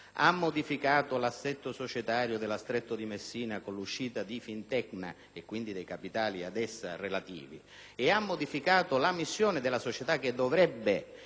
ha modificato l'assetto societario della Stretto di Messina S.p.a con l'uscita di Fintecna, quindi dei capitali ad essa relativi, e ha modificato la missione della società che dovrebbe